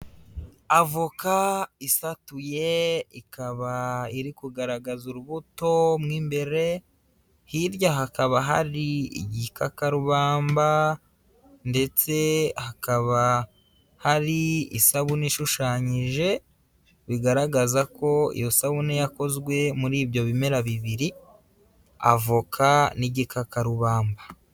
Avoka isatuye ikaba iri kugaragaza urubuto mo imbere hirya hakaba hari igikakarubamba ndetse hakaba hari isabune ishushanyije, bigaragaza ko iyo sabune yakozwe muri ibyo bimera bibiri, avoka n'igikakarubamba.